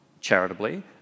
charitably